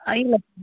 ಇಲ್ಲ ಸರ್